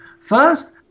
First